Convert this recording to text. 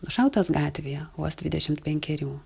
nušautas gatvėje vos dvidešimt penkerių